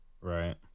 Right